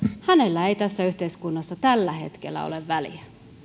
hänellä ei tässä yhteiskunnassa tällä hetkellä ole väliä